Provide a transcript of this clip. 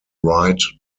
right